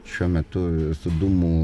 šiuo metu su dūmų